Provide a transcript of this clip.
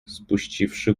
spuściwszy